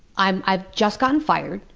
i've i've just gotten fired.